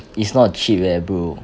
it's not cheap leh bro